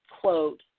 quote